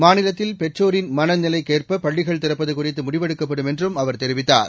மாநிலத்தில் பெற்றோரின் மனநிலைக்கேற்ப பள்ளிகள் திறப்பது குறித்து முடிவெடுக்கப்படும் என்றும் அவர் தெரிவித்தார்